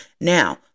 Now